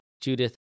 Judith